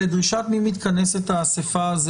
לדרישת מי מתכנסת האסיפה,